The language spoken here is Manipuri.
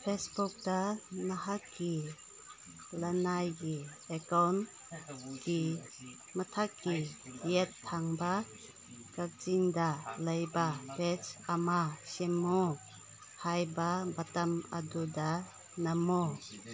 ꯐꯦꯁꯕꯨꯛꯇ ꯅꯍꯥꯛꯀꯤ ꯂꯅꯥꯏꯒꯤ ꯑꯦꯛꯀꯥꯎꯟꯒꯤ ꯃꯊꯛꯀꯤ ꯌꯦꯠꯊꯪꯕ ꯀꯥꯆꯤꯟꯗ ꯂꯩꯕ ꯄꯦꯖ ꯑꯃ ꯁꯦꯝꯃꯨ ꯍꯥꯏꯕ ꯕꯠꯇꯝ ꯑꯗꯨꯗ ꯅꯝꯃꯣ